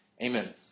Amen